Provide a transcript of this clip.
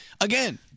Again